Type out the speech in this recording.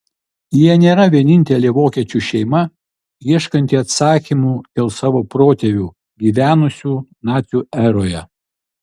jie nėra vienintelė vokiečių šeima ieškanti atsakymų dėl savo protėvių gyvenusių nacių eroje